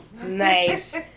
Nice